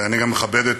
אני גם מכבד את